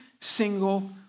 single